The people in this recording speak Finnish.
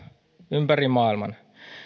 ympäri maailman